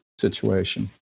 situation